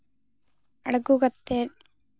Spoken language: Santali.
ᱟᱬᱜᱚ ᱠᱟᱛᱮ